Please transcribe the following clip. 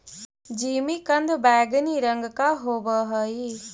जिमीकंद बैंगनी रंग का होव हई